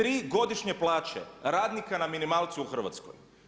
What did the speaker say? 3 godišnje plaće radnika na minimalcu u Hrvatskoj.